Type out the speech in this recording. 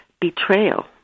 betrayal